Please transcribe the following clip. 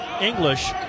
English